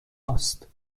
است